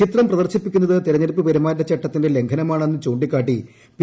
ചിത്രം പ്രദർശിപ്പിക്കുന്നത് തെരഞ്ഞെടുപ്പ് പെരുമാറ്റച്ചട്ടത്തിന്റെ ലംഘനമാണെന്ന് ചൂ ിക്കാട്ടി പി